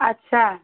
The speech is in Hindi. अच्छा